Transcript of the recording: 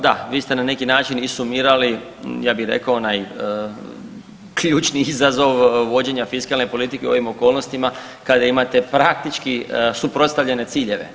Da, vi ste na neki način i sumirali ja bih rekao onaj ključni izazov vođenja fiskalne politike u ovim okolnostima kada imate praktički suprotstavljene ciljeve.